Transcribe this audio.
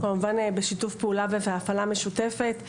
כמובן בשיתוף פעולה ובהפעלה משותפת.